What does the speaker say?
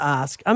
ask